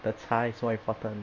the 茶 is more important